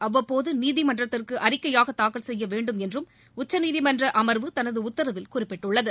அவ்வட்போது நீதிமன்றத்திற்கு அறிக்கையாக தாக்கல் செய்ய வேண்டும் என்று உச்சநீதிமன்ற பெஞ்ச் தனது உத்தரவில் குறிப்பிட்டுள்ளது